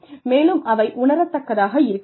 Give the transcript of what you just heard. மேலும் அவை உணரத்தக்கதாக இருக்க வேண்டும்